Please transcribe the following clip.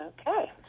Okay